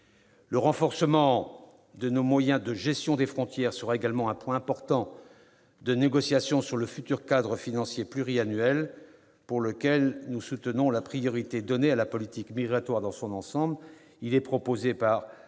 Le renforcement de nos moyens de gestion des frontières sera également un point important des négociations sur le futur cadre financier pluriannuel, pour lequel nous soutenons la priorité donnée à la politique migratoire dans son ensemble.